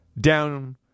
down